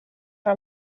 har